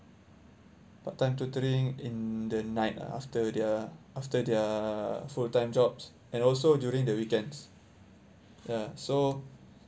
part time tutoring in the night lah after their after their full time jobs and also during the weekends ya so